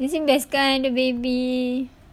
mesti best kan ada baby